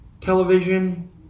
television